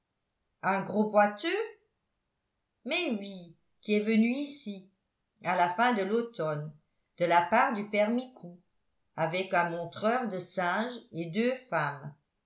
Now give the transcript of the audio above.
un gros boiteux mais oui qui est venu ici à la fin de l'automne de la part du père micou avec un montreur de singes et deux femmes